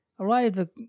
arrived